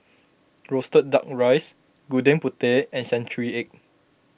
Roasted Duck Rice Gudeg Putih and Century Egg